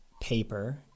paper